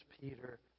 Peter